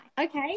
Okay